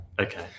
Okay